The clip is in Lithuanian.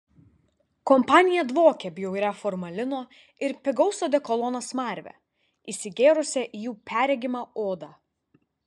kompanija dvokė bjauria formalino ir pigaus odekolono smarve įsigėrusią į jų perregimą odą